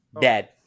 Dead